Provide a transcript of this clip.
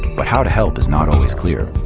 but how to help is not always clear,